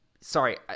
sorry